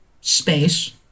space